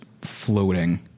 floating